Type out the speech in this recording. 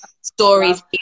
stories